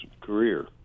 career